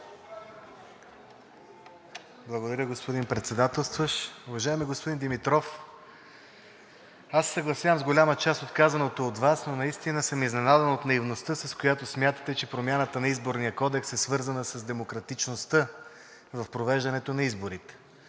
Благодаря, господин Председателстващ. Уважаеми господин Димитров, аз се съгласявам с голяма част от казаното от Вас, но наистина съм изненадан от наивността, с която смятате, че промяната на Изборния кодекс е свързана с демократичността в провеждането на изборите.